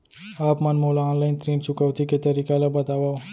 आप मन मोला ऑनलाइन ऋण चुकौती के तरीका ल बतावव?